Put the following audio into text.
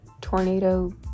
tornado